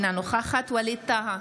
אינה נוכחת ווליד טאהא,